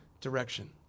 direction